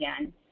again